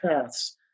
paths